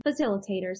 facilitators